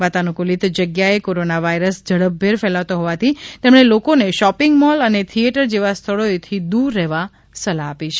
વાતાનુકૂલિત જગ્યા એ corona virus ઝડપભેર ફેલાતો હોવાથી તેમણે લોકો ને શોપિંગ મોલ અને થિએટર જેવા સ્થળો થી દૂર રહેવા સલાહ આપી છે